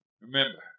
Remember